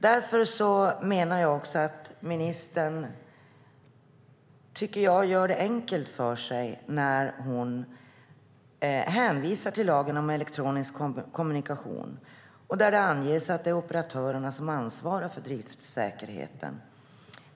Därför menar jag att ministern gör det enkelt för sig när hon hänvisar till lagen om elektronisk kommunikation där det anges att det är operatörerna som ansvarar för driftsäkerheten.